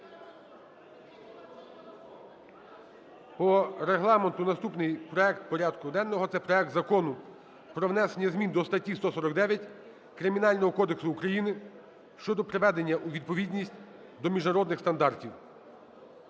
По Регламенту, наступний проект порядку денного – це проект Закону про внесення змін до статті 149 Кримінального кодексу України (щодо приведення у відповідність до міжнародних стандартів)